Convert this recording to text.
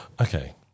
Okay